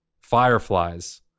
Fireflies